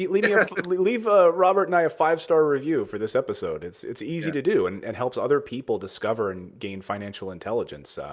leave yeah leave ah robert and i a five-star review for this episode. it's it's easy to do, and and helps other people discover and gain financial intelligence.